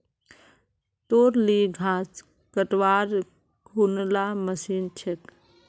तोर ली घास कटवार कुनला मशीन छेक